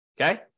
Okay